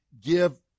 give